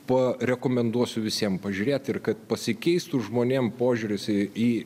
parekomenduosiu visiem pažiūrėt ir kad pasikeistų žmonėm požiūris į